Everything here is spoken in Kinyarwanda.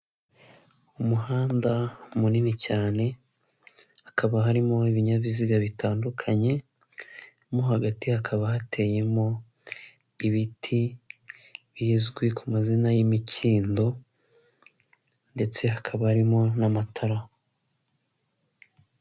Umuhanda munini cyane hakaba harimo ibinyabiziga bitandukanye mo hagati hakaba hateyemo ibiti bizwi ku mazina y'imikindo ndetse hakaba harimo n'amatara.